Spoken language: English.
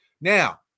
Now